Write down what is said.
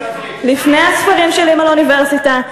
לפני הספרים של אימא לאוניברסיטה,